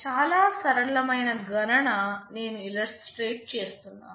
చాలా సరళమైన గణన నేను ఇలస్ట్రేట్ చేస్తున్నాను